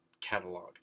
catalog